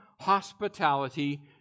hospitality